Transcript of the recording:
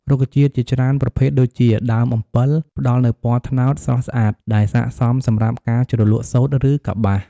រុក្ខជាតិជាច្រើនប្រភេទដូចជា ដើមអំពិល ផ្តល់នូវពណ៌ត្នោតស្រស់ស្អាតដែលស័ក្តិសមសម្រាប់ការជ្រលក់សូត្រ ឬកប្បាស។